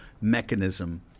mechanism